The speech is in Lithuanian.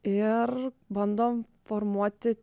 ir bandom formuoti